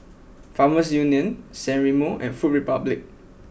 Farmers Union San Remo and Food Republic